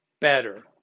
better